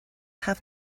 have